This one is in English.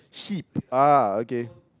hip ah okay